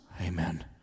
Amen